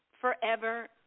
forever